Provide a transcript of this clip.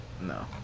No